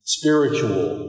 spiritual